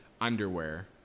underwear